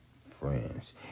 friends